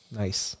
nice